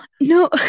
No